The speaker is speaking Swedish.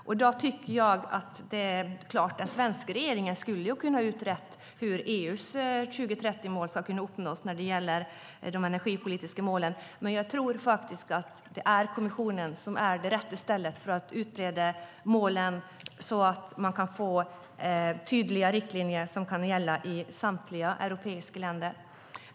Det är klart att den svenska regeringen skulle ha kunnat utreda hur EU:s 2030-mål ska kunna uppnås när det gäller de energipolitiska målen, men jag tror att kommissionen är det rätta stället för att utreda målen, så att man kan få tydliga riktlinjer som kan gälla i samtliga europeiska länder.